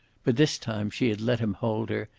but this time she had let him hold her,